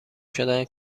شدن